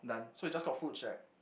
so it just called food shack